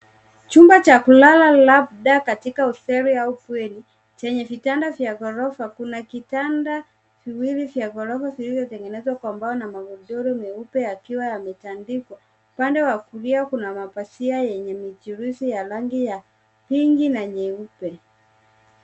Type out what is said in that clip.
Chumba cha kulala labda katika hosteli au bweni yenye vitanda vya ghorofa. Kuna vitanda viwili vya ghorofa vilivyotengenezwa kwa mbao na magodoro meupe yakiwa yametandikwa. Upande wa kulia kuna mapazia yenye michirizi ya rangi ya waridi na nyeupe.